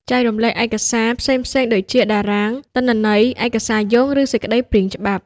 ចែករំលែក ឯកសារ ផ្សេងៗដូចជា តារាងទិន្នន័យ ឯកសារយោង ឬសេចក្តីព្រាងច្បាប់។